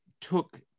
took